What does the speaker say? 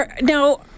now